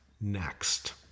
next